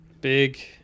big